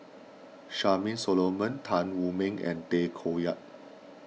Charmaine Solomon Tan Wu Meng and Tay Koh Yat